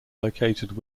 located